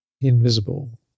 Invisible